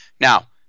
Now